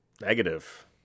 Negative